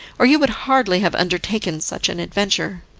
or you would hardly have undertaken such an adventure.